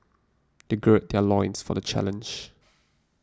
they gird their loins for the challenge